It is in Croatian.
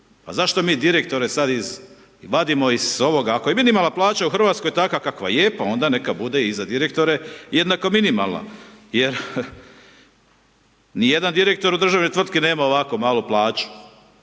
zašto mi direktore sad vadimo iz ovoga ako je minimalna plaća u Hrvatskoj takva kakva je pa onda neka bude i za direktore jednako minimalna jer nijedan direktor u državnoj tvrtki nema ovako malu plaću.